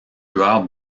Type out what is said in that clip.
lueurs